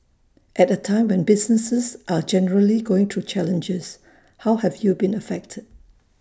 at A time when businesses are generally going through challenges how have you been affected